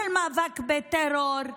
של מאבק בטרור.